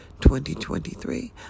2023